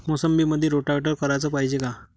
मोसंबीमंदी रोटावेटर कराच पायजे का?